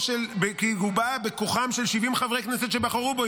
כי הוא בא בכוחם של 70 חברי כנסת שבחרו בו,